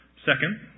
Second